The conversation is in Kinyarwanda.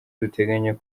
duteganya